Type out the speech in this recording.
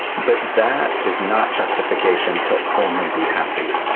but that is not justification to only be happy.